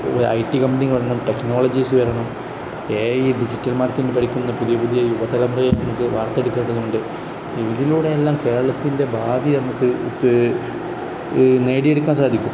I T കമ്പനികൾ വരണം technologies വരണം എ ഐ ഡിജിറ്റൽ മാർക്കറ്റിന് പഠിക്കുന്ന പുതിയ പുതിയ യുവതലമറ നമുക്ക് വാർത്തടുക്കേണ്ടതുണ്ട് ഇതിലൂടെ എല്ലാം കേരളത്തിൻ്റെ ഭാവി നമുക്ക് നേടിയെടുക്കാൻ സാധിക്കും